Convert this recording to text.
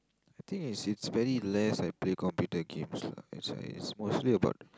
I think it's it's very less I play computer games lah that's why it's mostly about